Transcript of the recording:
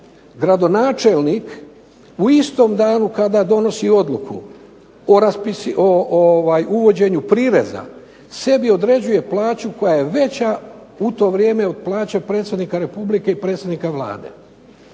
gradonačelnik u istom danu kada donosi odluku o uvođenju prireza, sebi određuje plaću koja je veća u to vrijeme od plaće predsjednika Republike i predsjednika Vlade.